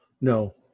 No